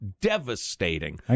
Devastating